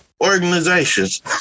organizations